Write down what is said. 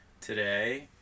today